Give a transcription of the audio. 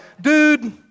dude